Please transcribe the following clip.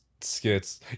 skits